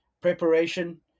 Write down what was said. Preparation